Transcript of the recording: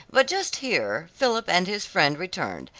but just here philip and his friend returned,